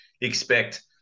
expect